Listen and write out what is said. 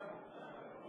יידוע האנשים שיש מצלמה.